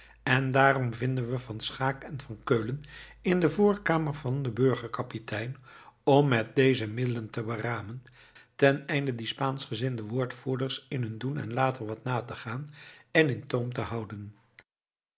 en daarom vinden we van schaeck en van keulen in de voorkamer van den burger kapitein om met dezen middelen te beramen teneinde die spaanschgezinde woordvoerders in hun doen en laten wat na te gaan en in toom te houden